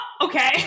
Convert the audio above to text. Okay